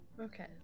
Okay